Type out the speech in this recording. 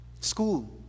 school